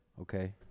Okay